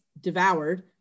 devoured